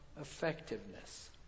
effectiveness